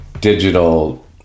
digital